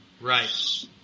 Right